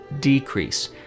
decrease